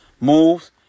moves